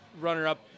runner-up